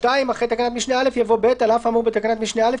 אחרי תקנת משנה (א) יבוא: "(ב) על אף האמור בתקנת משנה (א),